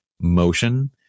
motion